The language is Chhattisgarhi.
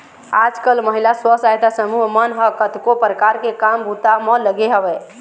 आजकल महिला स्व सहायता समूह मन ह कतको परकार ले काम बूता म लगे हवय